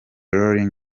rolling